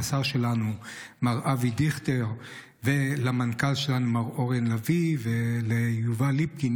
לשר שלנו מר אבי דיכטר ולמנכ"ל שלנו מר אורן לביא וליובל ליפקין,